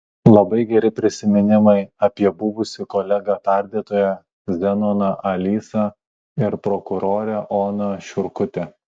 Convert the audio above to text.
labai geri prisiminimai apie buvusį kolegą tardytoją zenoną alysą ir prokurorę oną šiurkutę